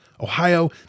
Ohio